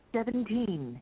Seventeen